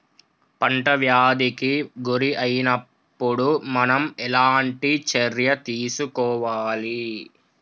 పంట వ్యాధి కి గురి అయినపుడు మనం ఎలాంటి చర్య తీసుకోవాలి?